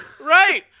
right